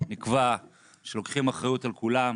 נקבע שלוקחים אחריות על כולם,